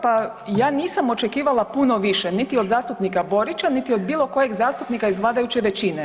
Pa ja nisam očekivala puno više, niti od zastupnika Borića, niti od bilo kojeg zastupnika iz vladajuće većine.